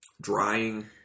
drying